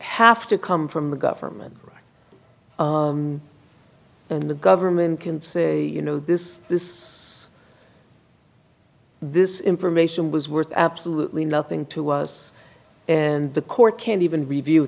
have to come from the government and the government can say you know this is this this information was worth absolutely nothing to us and the court can't even review